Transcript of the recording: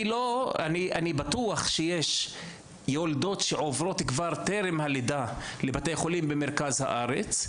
אני בטוח שיש יולדות שעוברות כבר טרם הלידה לבתי חולים במרכז הארץ.